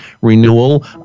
renewal